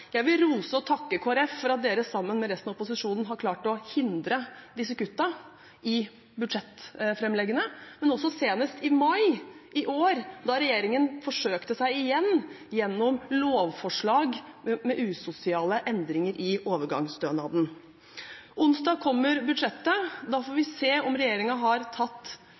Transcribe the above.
Jeg vil rose og takke Kristelig Folkeparti for at de sammen med resten av opposisjonen har klart å hindre disse kuttene i budsjettframleggene, også senest i mai i år, da regjeringen forsøkte seg igjen gjennom lovforslag med usosiale endringer i overgangsstønaden. Onsdag kommer budsjettet. Da får vi se om regjeringen har